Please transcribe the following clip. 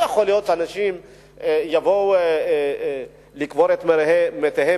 לא יכול להיות שאנשים יבואו לקבור את מתיהם